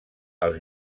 als